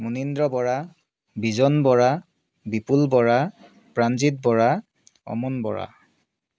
Munindra Bora Bijon Bora Bipul Bora Pranjit Bora Aman Bora